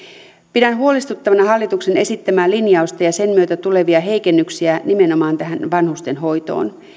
pidän huolestuttavana hallituksen esittämää linjausta ja sen myötä tulevia heikennyksiä nimenomaan tähän vanhustenhoitoon